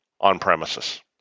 on-premises